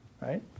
right